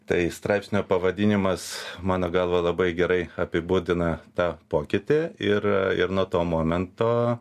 tai straipsnio pavadinimas mano galva labai gerai apibūdina tą pokytį ir ir nuo to momento